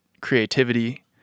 creativity